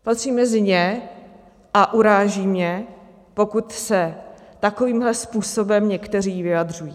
Patřím mezi ně a uráží mě, pokud se takovýmto způsobem někteří vyjadřují.